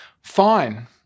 fine